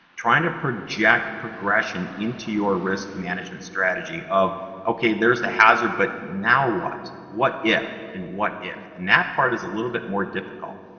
trying to project progression into your risk management strategy of okay, there's the hazard, but now what? what if? and what if? and that part is a little bit more difficult.